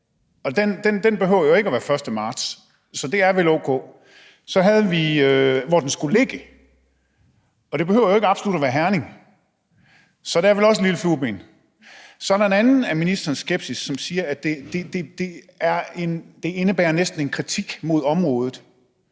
men det behøver jo ikke at være den 1. marts, så det er vel o.k.? Så havde vi det om, hvor uddannelsen skulle ligge, og det behøver jo ikke absolut være i Herning, så der er vel også sat et lille flueben. Så er der en anden del af ministerens skepsis, som siger, at det næsten indebærer en kritik mod området